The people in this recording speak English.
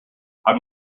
i’m